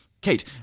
Kate